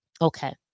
Okay